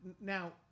Now